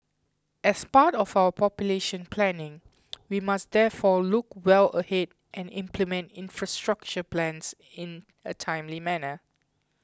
as part of our population planning we must therefore look well ahead and implement infrastructure plans in a timely manner